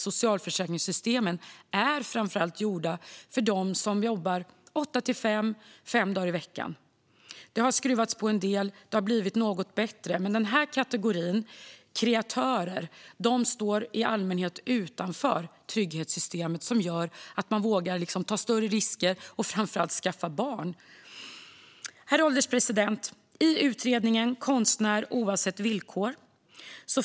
Socialförsäkringssystemen är fortfarande framför allt gjorda för dem som jobbar åtta till fem, fem dagar i veckan. Det har skruvats på en del, och det har blivit något bättre. Men denna kategori, kreatörerna, står i allmänhet utanför det trygghetssystem som gör att man vågar ta större risker och framför allt skaffa barn. Herr ålderspresident! I utredningen Konstnär - oavsett villkor?